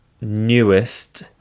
newest